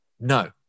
No